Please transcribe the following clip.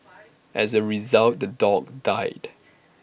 as A result the dog died